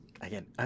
again